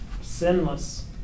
Sinless